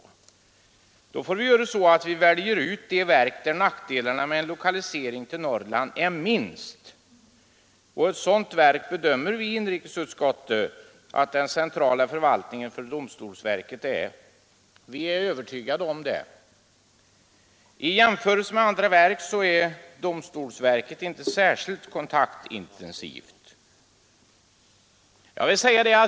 Därför får vi välja ut de verk som får de minsta nackdelarna av en lokalisering till Norrland. Ett sådant verk anser vi i inrikesutskottet att den centrala förvaltningen för domstolsverket är. I jämförelse med andra verk är domstolsverket inte särskilt kontaktintensivt.